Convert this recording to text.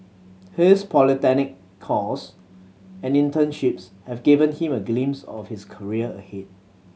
his polytechnic course and internships have given him a glimpse of his career ahead